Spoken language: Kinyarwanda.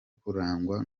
kurangwa